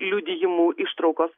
liudijimų ištraukos